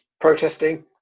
protesting